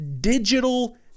digital